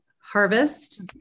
harvest